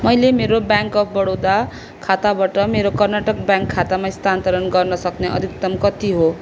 मैले मेरो Bank of Baroda खाताबाट मेरो कर्नाटक ब्याङ्क खातामा स्थानान्तरण गर्न सक्ने अधिकतम कति हो